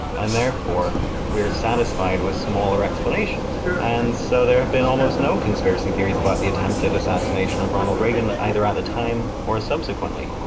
and therefore we're satisfied with smaller explanations. and so there have been almost no conspiracy theories about the attempted assassination of ronald regan either at the time, or subsequently.